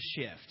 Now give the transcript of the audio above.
shift